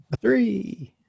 three